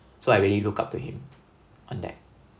so I really look up to him on that